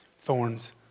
Thorns